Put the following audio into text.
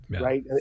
right